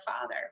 father